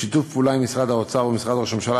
בשיתוף פעולה עם משרד האוצר ומשרד ראש הממשלה,